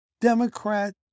Democrat